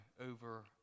over